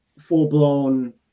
full-blown